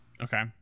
Okay